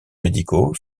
médicaux